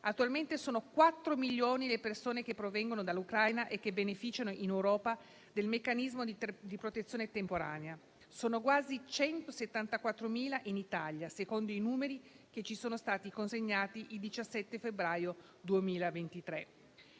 Attualmente sono 4 milioni le persone che provengono dall'Ucraina e che beneficiano in Europa del meccanismo di protezione temporanea; in Italia sono quasi 174.000, secondo i numeri che ci sono stati consegnati il 17 febbraio 2023.